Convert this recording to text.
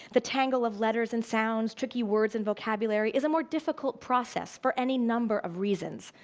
the tangle of letters and sounds, tricky words and vocabulary, is a more difficult process for any number of reasons.